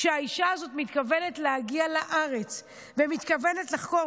שהאישה הזאת מתכוונת להגיע לארץ ומתכוונת לחקור,